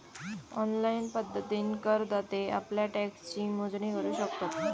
online पद्धतीन करदाते आप्ल्या टॅक्सची मोजणी करू शकतत